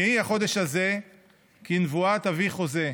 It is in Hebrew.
"יהי החודש הזה כנבואת אבי חוזה,